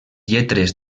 lletres